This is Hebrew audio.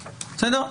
בסדר?